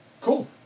Cool